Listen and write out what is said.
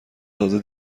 تازه